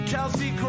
Kelsey